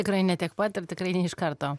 tikrai ne tiek pat ir tikrai ne iš karto